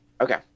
Okay